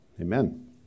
amen